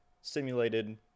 simulated